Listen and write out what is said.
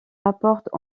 rapportent